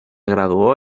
graduó